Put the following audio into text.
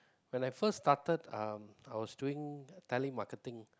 when I first started um I was doing telemarketing